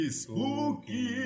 spooky